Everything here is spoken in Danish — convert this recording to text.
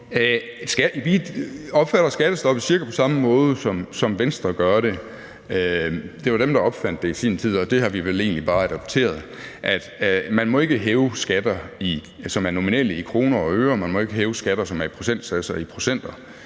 Vi opfatter skattestoppet cirka på samme måde, som Venstre gør det – det var dem, der opfandt det i sin tid, og det har vi vel egentlig bare adopteret – altså at man ikke må hæve skatter, som er nominelle, i kroner og øre, og man må ikke hæve skatter, som er i procentsatser, i procenter.